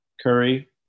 Curry